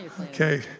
Okay